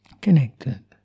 connected